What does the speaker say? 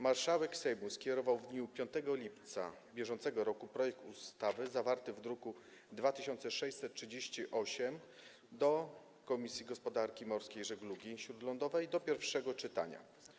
Marszałek Sejmu skierował w dniu 5 lipca br. projekt ustawy zawarty w druku nr 2638 do Komisji Gospodarki Morskiej i Żeglugi Śródlądowej do pierwszego czytania.